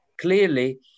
Clearly